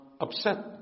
upset